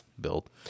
build